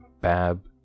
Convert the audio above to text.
bab